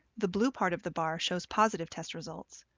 the blue part of the bar shows positive test results,